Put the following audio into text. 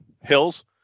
Hills